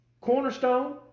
cornerstone